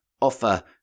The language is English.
offer